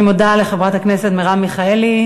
אני מודה לחברת הכנסת מרב מיכאלי.